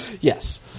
Yes